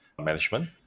management